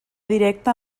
directa